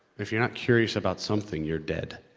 if you're not curious about something you're dead.